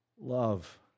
love